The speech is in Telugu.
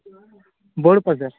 బోడుప్పల్ సార్